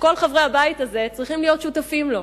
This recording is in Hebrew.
שכל חברי הבית הזה צריכים להיות שותפים לו.